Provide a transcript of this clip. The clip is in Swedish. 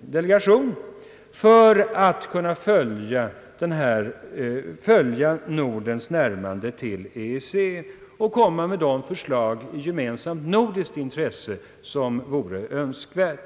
delegation för att kunna följa Nordens närmande till EEC och komma med de förslag som i gemensamt nordiskt intresse vore önskvärda.